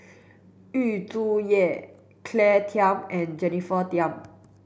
Yu Zhuye Claire Tham and Jennifer Tham